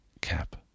Cap